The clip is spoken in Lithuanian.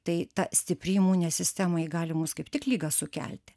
tai ta stipri imuninė sistema ji gali mums kaip tik ligą sukelti